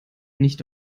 nicht